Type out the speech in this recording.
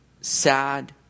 sad